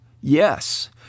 Yes